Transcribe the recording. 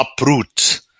uproot